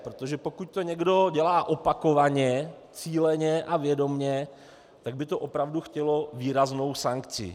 Protože pokud to někdo dělá opakovaně, cíleně a vědomě, tak by to opravdu chtělo výraznou sankci.